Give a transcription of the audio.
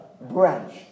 branch